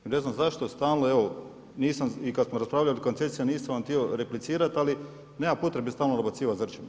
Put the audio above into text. Ja ne znam zašto stalno evo nisam i kad smo raspravljali o koncesiji nisam vam htio replicirati, ali nema potrebe stalno dobacivati Zrče.